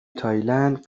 تایلند